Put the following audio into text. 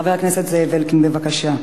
חבר הכנסת זאב אלקין, בבקשה.